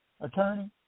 attorney